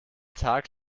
tag